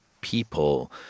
people